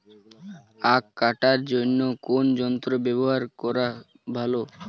আঁখ কাটার জন্য কোন যন্ত্র ব্যাবহার করা ভালো?